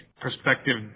perspective